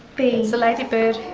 the ladybird.